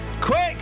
quick